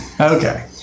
Okay